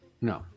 No